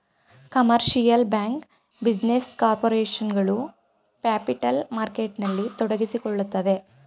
commercial bank, business corporation ಗಳು capital ಮಾರ್ಕೆಟ್ನಲ್ಲಿ ತೊಡಗಿಸಿಕೊಳ್ಳುತ್ತದೆ